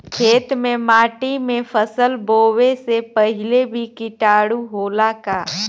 खेत के माटी मे फसल बोवे से पहिले भी किटाणु होला का?